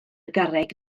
garreg